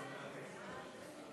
חוק